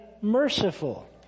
merciful